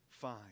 fine